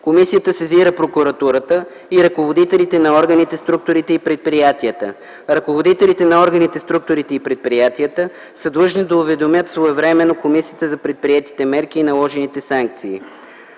Комисията сезира Прокуратурата и ръководителите на органите, структурите и предприятията. Ръководителите на органите, структурите и предприятията са длъжни да уведомят своевременно Комисията за предприетите мерки и наложените санкции.